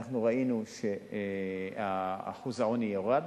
אנחנו ראינו שאחוז העוני ירד.